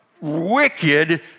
wicked